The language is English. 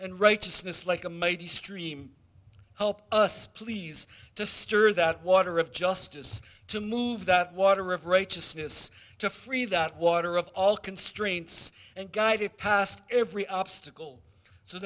and righteousness like a mighty stream help us please to stir that water of justice to move that water of righteousness to free that water of all constraints and guided past every obstacle so